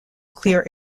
clear